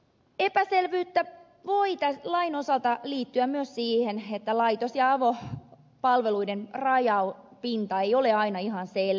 epäselvyyttä voi tämän lain osalta liittyä myös siihen että laitos ja avopalveluiden rajapinta ei ole aina ihan selkeä